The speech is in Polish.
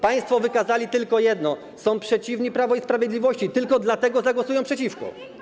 Państwo wykazali jedno: są przeciwni Prawu i Sprawiedliwości i tylko dlatego zagłosują przeciwko.